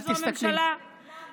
כי זו הממשלה, למה?